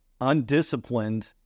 undisciplined